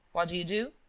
what do you do?